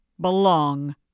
belong